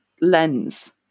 lens